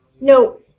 No